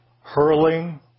hurling